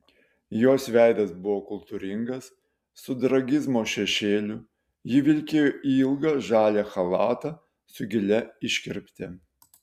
jos veidas buvo kultūringas su tragizmo šešėliu ji vilkėjo ilgą žalią chalatą su gilia iškirpte